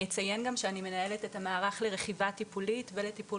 אני אציין גם שאני מנהלת את המערך לרכיבה טיפולית ולטיפול